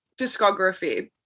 discography